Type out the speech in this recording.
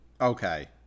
Okay